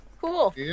Cool